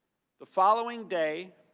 the following day,